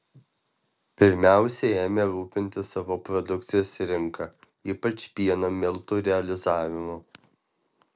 pirmiausia ėmė rūpintis savo produkcijos rinka ypač pieno miltų realizavimu